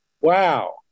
Wow